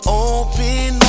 open